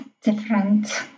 different